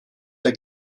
der